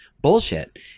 Bullshit